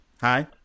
hi